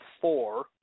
four